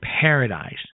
paradise